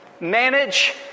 manage